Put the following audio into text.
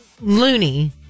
loony